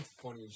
funny